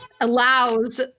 allows